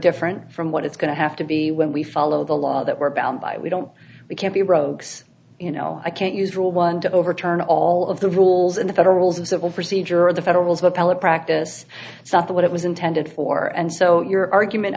different from what it's going to have to be when we follow the law that we're bound by we don't we can't be broke you know i can't use rule one to overturn all of the rules in the federals of civil procedure or the federal appellate practice it's not the what it was intended for and so your argument